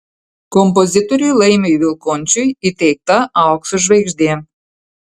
kompozitoriui laimiui vilkončiui įteikta aukso žvaigždė